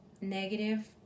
negative